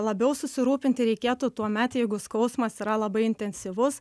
labiau susirūpinti reikėtų tuomet jeigu skausmas yra labai intensyvus